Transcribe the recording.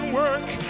work